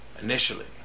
Initially